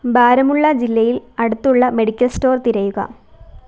ഭാരമുള്ള ജില്ലയിൽ അടുത്തുള്ള മെഡിക്കൽ സ്റ്റോർ തിരയുക